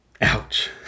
Ouch